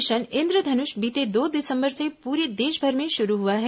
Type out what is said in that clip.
mission Indradhanush बीते दो दिसंबर से पूरे देशभर में शुरू हुआ है